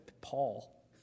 Paul